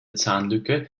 zahnlücke